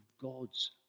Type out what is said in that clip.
God's